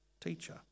teacher